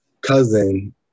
cousin